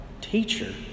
Teacher